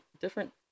different